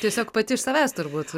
tiesiog pati iš savęs turbūt